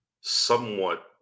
somewhat